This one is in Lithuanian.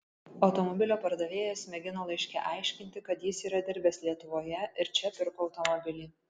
automobilio pardavėjas mėgino laiške aiškinti kad jis yra dirbęs lietuvoje ir čia pirko automobilį